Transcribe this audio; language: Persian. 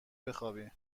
بخوابی